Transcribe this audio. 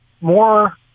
more